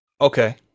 Okay